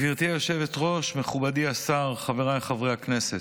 גברתי היושבת-ראש, מכובדי השר, חבריי חברי הכנסת,